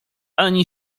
ani